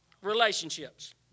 relationships